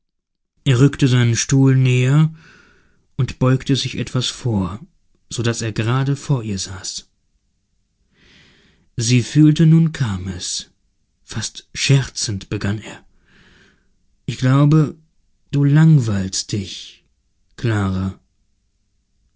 er rückte seinen stuhl näher und beugte sich etwas vor so daß er gerade vor ihr saß sie fühlte nun kam es fast scherzend begann er ich glaube du langweilst dich clara